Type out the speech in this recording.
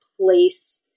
place